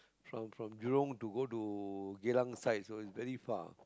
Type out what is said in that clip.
from from jurong to go to Geylang side so it's very far